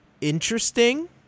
Interesting